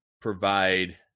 provide